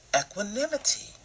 equanimity